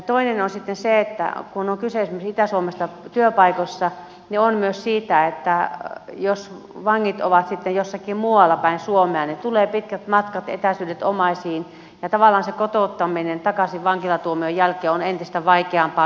toinen on sitten se että kun on kyse esimerkiksi itä suomessa työpaikoista niin on kyse myös siitä että jos vangit ovat sitten jossakin muuallapäin suomea niin tulee pitkät matkat etäisyydet omaisiin ja tavallaan se kotouttaminen takaisin vankilatuomion jälkeen on entistä vaikeampaa pitkästä matkasta